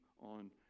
on